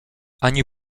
ani